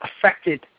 affected